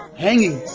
hanging,